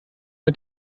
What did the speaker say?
mit